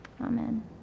Amen